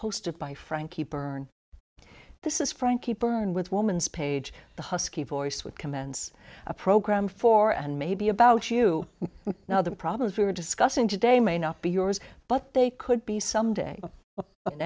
hosted by frankie byrne this is frankie byrne with woman's page the husky voice would commence a program for and maybe about you now the problems we were discussing today may not be yours but they could be someday but